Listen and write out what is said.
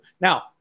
Now